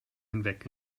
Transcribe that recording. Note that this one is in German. hinweg